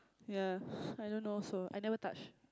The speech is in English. ya I don't know also I never touch